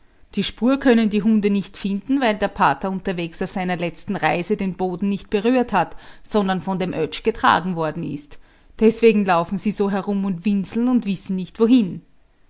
die spur können die hunde nicht finden weil der pater unterwegs auf seiner letzten reise den boden nicht berührt hat sondern von dem oetsch getragen worden ist deswegen laufen sie so herum und winseln und wissen nicht wohin